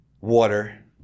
water